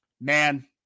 man